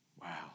Wow